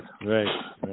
Right